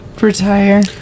retire